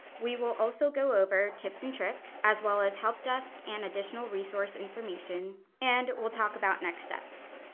we will also go over tips and tricks, as well as help desk and additional resource information, and we'll talk about next steps.